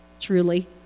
truly